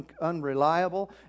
unreliable